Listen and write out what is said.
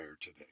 today